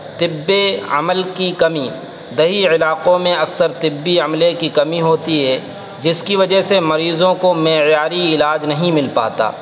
طبی عملہ کی کمی دیہی علاقوں میں اکثر طبی عملے کی کمی ہوتی ہے جس کی وجہ سے مریضوں کو معیاری علاج نہیں مل پاتا